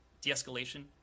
de-escalation